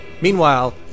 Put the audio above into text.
Meanwhile